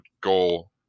goal